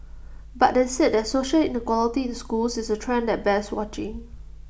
but they said that social inequality in schools is A trend that bears watching